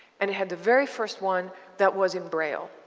and had the very first one that was in braille.